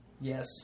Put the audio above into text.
Yes